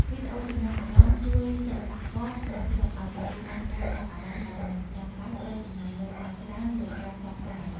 វីដេអូចំណាប់អារម្មណ៍ជួយសិល្បករក្នុងស្រុកឱ្យទទួលបានការចាប់អារម្មណ៍ដោយមិនចាំបាច់ត្រូវចំណាយលុយអស់ច្រើនលើការផ្សព្វផ្សាយ។